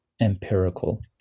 empirical